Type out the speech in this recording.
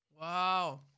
wow